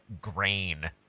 grain